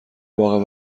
باغ